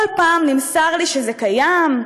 כל פעם נמסר לי שזה קיים,